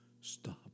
stop